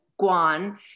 Guan